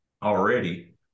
already